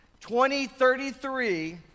2033